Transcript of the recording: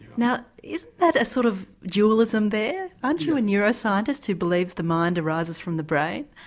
now isn't that a sort of dualism there, aren't you a neuroscientist who believes the mind arises from the brain?